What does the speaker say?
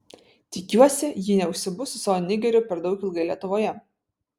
tikiuosi ji neužsibus su savo nigeriu per daug ilgai lietuvoje